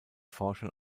forschern